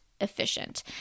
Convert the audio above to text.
efficient